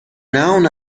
known